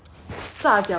炸饺子